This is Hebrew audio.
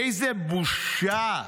איזה בושה.